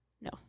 No